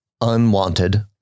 unwanted